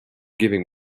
giving